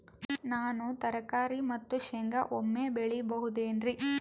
ನಾನು ತರಕಾರಿ ಮತ್ತು ಶೇಂಗಾ ಒಮ್ಮೆ ಬೆಳಿ ಬಹುದೆನರಿ?